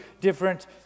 different